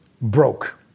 broke